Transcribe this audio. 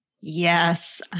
Yes